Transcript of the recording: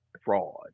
fraud